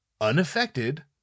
unaffected